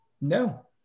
no